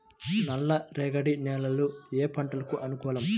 నల్లరేగడి నేలలు ఏ పంటలకు అనుకూలం?